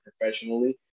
professionally